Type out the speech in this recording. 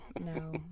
no